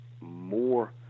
more